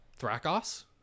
Thrakos